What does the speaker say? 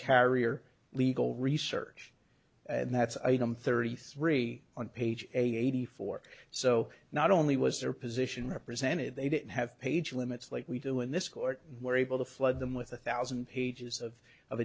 carrier legal research and that's item thirty three on page eighty four so not only was their position represented they didn't have page limits like we do in this court and were able to flood them with a thousand pages of of